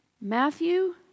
Matthew